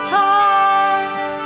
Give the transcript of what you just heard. time